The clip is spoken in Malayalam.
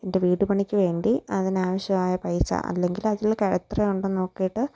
എന്റെ വീട്ട് പണിക്ക് വേണ്ടി അതിനാവശ്യവായ പൈസ അല്ലെങ്കിലതിൽ എത്ര ഉണ്ടെന്ന് നോക്കിയിട്ട്